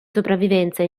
sopravvivenza